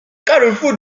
carrefour